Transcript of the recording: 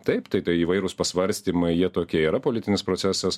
taip tai tai įvairūs pasvarstymai jie tokie yra politinis procesas